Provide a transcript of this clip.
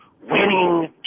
Winning